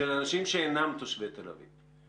של אנשים שאינם תושבי תל אביב.